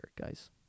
guys